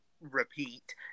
repeat